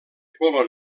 color